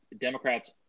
Democrats